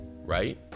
Right